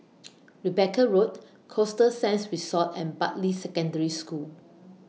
Rebecca Road Costa Sands Resort and Bartley Secondary School